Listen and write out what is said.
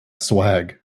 swag